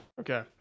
Okay